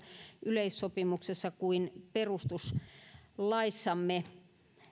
yleissopimuksessa kuin perustuslaissamme